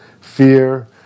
fear